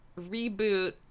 Reboot